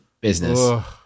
business